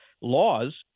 laws